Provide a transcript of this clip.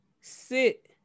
sit